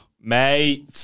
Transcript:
Mate